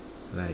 like